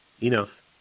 Enough